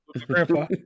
Grandpa